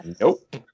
Nope